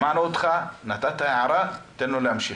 שמענו אותך, נתת הערה, תן לו להמשיך.